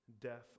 Death